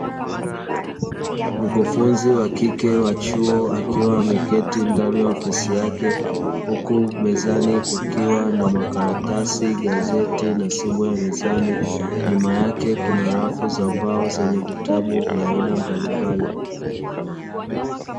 Mkufunzi wa kike wa chuo akiwa ameketi ndani ya ofisi yake huku mezani kukiwa na: makaratasi, gazeti na simu ya mezani nyuma yake; kuna rafu za mbao zenye vitabu vya aina mbalimbali.